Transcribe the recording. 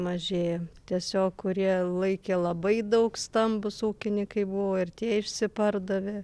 mažėja tiesiog kurie laikė labai daug stambūs ūkininkai buvo ir tie išsipardavė